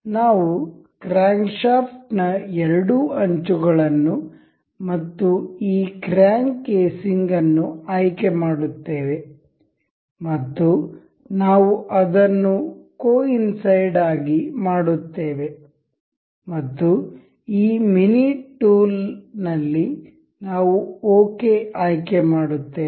ನಾವು crank shaft ನ ಎರಡು ಅಂಚುಗಳನ್ನು ಮತ್ತು ಈ ಕ್ರ್ಯಾಂಕ್ ಕೇಸಿಂಗ್ ಅನ್ನು ಆಯ್ಕೆ ಮಾಡುತ್ತೇವೆ ಮತ್ತು ನಾವು ಅದನ್ನು ಕೋ ಇನ್ಸೈಡ್ ಆಗಿ ಮಾಡುತ್ತೇವೆ ಮತ್ತು ಈ ಮಿನಿ ಟೂಲ್ ನಲ್ಲಿ ನಾವು ಓಕೆ ಆಯ್ಕೆ ಮಾಡುತ್ತೇವೆ